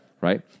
Right